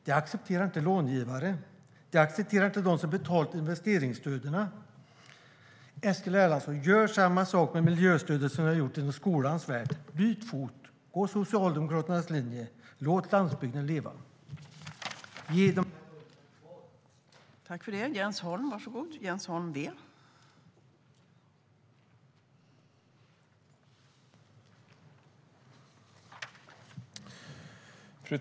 Det accepterar inte långivare; det accepterar inte de som betalat investeringsstöden. Eskil Erlandsson, gör samma sak med miljöstödet som ni har gjort inom skolans värld: Byt fot! Gå på Socialdemokraternas linje! Låt landsbygden leva! Ge de här bönderna ett svar!